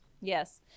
yes